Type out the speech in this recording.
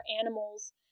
animals